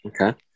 Okay